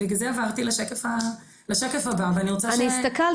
בגלל זה עברתי לשקף הבא ואני רוצה -- אני הסתכלתי,